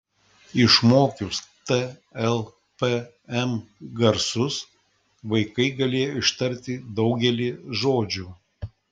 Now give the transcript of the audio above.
išmokius t l p m garsus vaikai galėjo ištarti daugelį žodžių